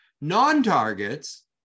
Non-targets